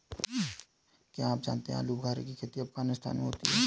क्या आप जानते हो आलूबुखारे की खेती अफगानिस्तान में होती है